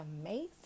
amazing